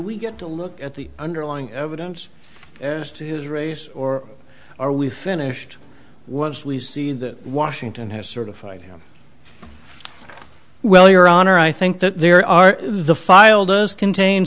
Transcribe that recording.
we get to look at the underlying evidence as to his race or are we finished once we see that washington has certified him well your honor i think that there are the file does contain